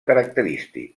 característic